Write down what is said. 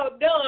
done